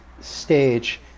stage